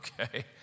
Okay